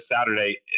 Saturday